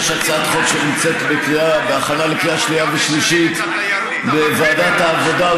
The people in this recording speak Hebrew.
יש הצעת חוק שנמצאת בהכנה לקריאה שנייה ושלישית בוועדת העבודה,